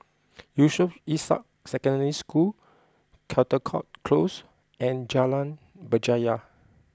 Yusof Ishak Secondary School Caldecott Close and Jalan Berjaya